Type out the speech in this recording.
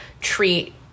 treat